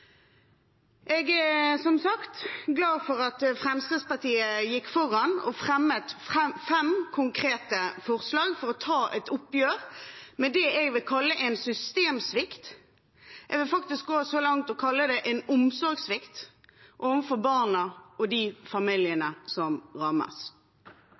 Jeg er, som sagt, glad for at Fremskrittspartiet gikk foran og fremmet fem konkrete forslag for å ta et oppgjør med det jeg vil kalle en systemsvikt – jeg vil faktisk gå så langt som å kalle det en omsorgssvikt overfor barna og de